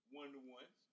one-to-one